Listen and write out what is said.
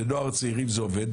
בנוער צעירים זה עובד,